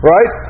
Right